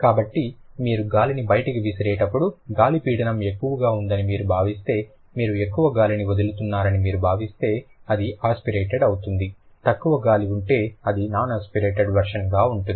కాబట్టి మీరు గాలిని బయటకు విసిరేటప్పుడు గాలి పీడనం ఎక్కువగా ఉందని మీరు భావిస్తే మీరు ఎక్కువ గాలిని వదులుతున్నారని మీరు భావిస్తే అది ఆస్పిరేటెడ్ అవుతుంది తక్కువ గాలి ఉంటే అది నాన్ ఆస్పిరేటెడ్ వెర్షన్గా ఉంటుంది